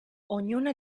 ognuna